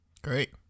Great